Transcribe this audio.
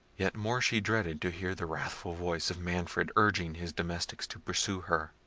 yet more she dreaded to hear the wrathful voice of manfred urging his domestics to pursue her.